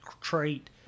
trait –